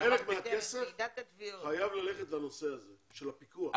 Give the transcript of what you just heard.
חלק מהכסף חייב ללכת לנושא הזה של הפיקוח.